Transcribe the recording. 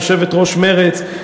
יושבת-ראש מרצ,